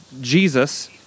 Jesus